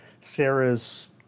Sarah's